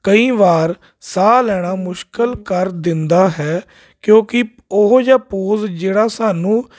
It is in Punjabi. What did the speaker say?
ਕਈ ਵਾਰ ਸਾਹ ਲੈਣਾ ਮੁਸ਼ਕਿਲ ਕਰ ਦਿੰਦਾ ਹੈ ਕਿਉਂਕਿ ਉਹੋ ਜਿਹਾ ਪੋਜ਼ ਜਿਹੜਾ ਸਾਨੂੰ